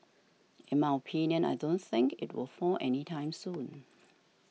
in my opinion I don't think it will fall any time soon